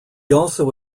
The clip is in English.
also